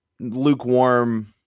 lukewarm